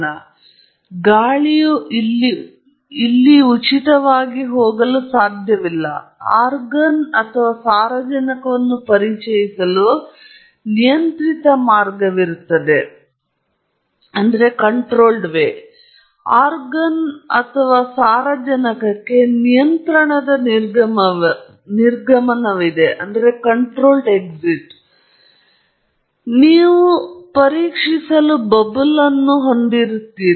ನಂತರ ನೀವು ತಿಳಿದಿರುವ ಗಾಳಿಯು ಇಲ್ಲಿಗೆ ಉಚಿತವಾಗಿ ಪಡೆಯಲು ಸಾಧ್ಯವಿಲ್ಲ ಆರ್ಗಾನ್ ಅಥವಾ ಸಾರಜನಕವನ್ನು ಪರಿಚಯಿಸಲು ನಿಯಂತ್ರಿತ ಮಾರ್ಗವಿರುತ್ತದೆ ಮತ್ತು ಆರ್ಗಾನ್ ಅಥವಾ ಸಾರಜನಕಕ್ಕೆ ನಿಯಂತ್ರಣದ ನಿರ್ಗಮನವಿದೆ ನಂತರ ನೀವು ಪರೀಕ್ಷಿಸುವ ಬಬಲ್ಲರ್ ಅನ್ನು ಹೊಂದಿರುತ್ತದೆ